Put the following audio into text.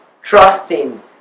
trusting